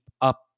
up